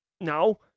no